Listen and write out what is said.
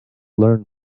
learn